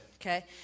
okay